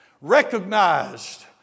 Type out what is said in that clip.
recognized